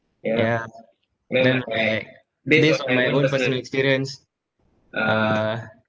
yeah then like based on my own personal experience uh